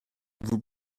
vous